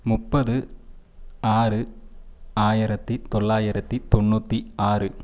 முப்பது ஆறு ஆயிரத்தி தொள்ளாயிரத்தி தொண்ணூற்றி ஆறு